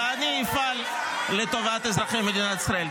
ואני אפעל לטובת אזרחי מדינת ישראל.